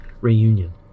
reunion